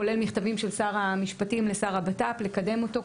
כולל מכתבים של שר המשפטים לשר הבט"פ לקדם אותו,